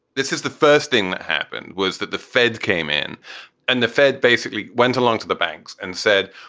this is the first thing that happened was that the fed came in and the fed basically went along to the banks and said,